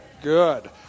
Good